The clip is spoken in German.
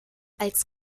als